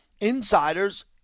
insiders